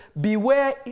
beware